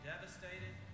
devastated